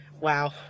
Wow